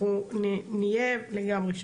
אנחנו נהיה לגמרי שם.